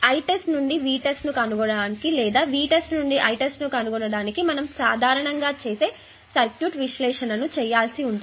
ఈ సందర్బంలో Itest నుండి Vtest ను కనుగొనడానికి లేదా Vtest నుండి Ites ను కనుగొనడానికి మనము సాధారణంగా చేసే సర్క్యూట్ విశ్లేషణను చేయాల్సి ఉంటుంది